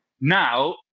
Now